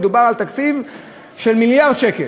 מדובר על תקציב של מיליארד שקל,